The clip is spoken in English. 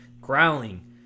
growling